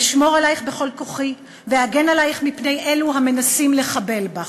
אשמור עלייך בכל כוחי ואגן עלייך מפני אלו המנסים לחבל בך,